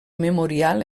memorial